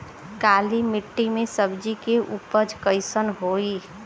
काली मिट्टी में सब्जी के उपज कइसन होई?